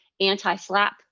anti-slap